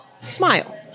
smile